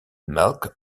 melk